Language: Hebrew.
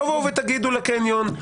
תבואו ותגידו לקניון,